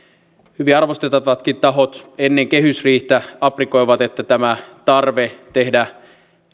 hyvin arvostettavatkin tahot ennen kehysriihtä aprikoivat että tämä tarve tehdä